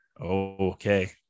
okay